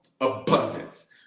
Abundance